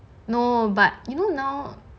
no but you know now